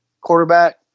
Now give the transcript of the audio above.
quarterback